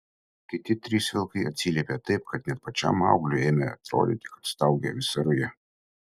kiti trys vilkai atsiliepė taip kad net pačiam maugliui ėmė atrodyti kad staugia visa ruja